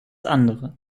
andere